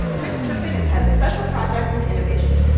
chris turpin is head of special projects and innovation.